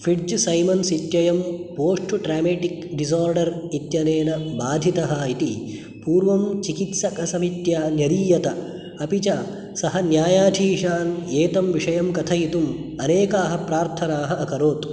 Fitzsimmons इत्ययं post traumatic disorder इत्यनेन बाधितः इति पूर्वं चिकित्सकसमित्या न्यदीयत अपि च सः न्यायाधीशान् एतं विषयं कथयितुम् अनेकाः प्रार्थनाः अकरोत्